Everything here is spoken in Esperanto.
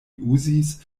uzis